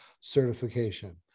Certification